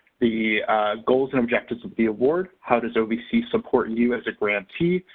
the goals and objectives of the award? how does ovc support you as a grantee?